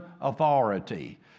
authority